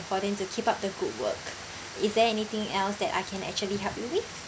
for them to keep up the good work is there anything else that I can actually help you with